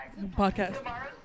podcast